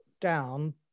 down